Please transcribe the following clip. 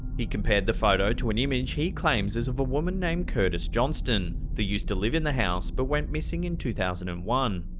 he compared the photo to an image he claims is of a woman named curtis johnston that used to live in the house, but went missing in two thousand and one.